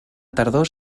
tardor